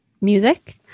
music